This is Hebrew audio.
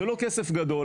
זה לא כסף גדול,